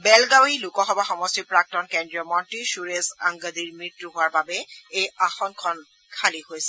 বেলগাবী লোকসভা সমষ্টিৰ প্ৰাক্তন কেন্দ্ৰীয় মন্ত্ৰী সুৰেশ অঙ্গদিৰ মৃত্যু হোৱাৰ বাবে এই আসনখন খালী হৈছিল